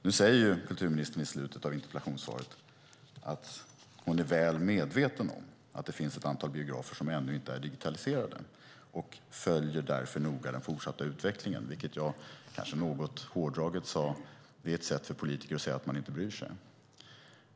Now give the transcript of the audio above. Kulturministern säger i slutet av interpellationssvaret att hon är "medveten om att det finns ett stort antal biografer som ännu inte är digitaliserade och följer därför noga den fortsatta utvecklingen". Kanske något hårdraget sade jag att det sista är ett sätt för politiker att säga att man inte bryr sig.